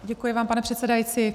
Děkuji vám, pane předsedající.